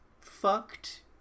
fucked